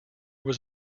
was